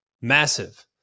Massive